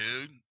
dude